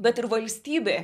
bet ir valstybė